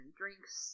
drinks